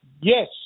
yes